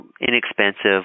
inexpensive